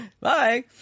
Bye